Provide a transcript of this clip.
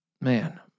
Man